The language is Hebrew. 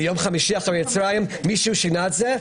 ביום חמישי אחרי הצהריים מישהו שינה את זה.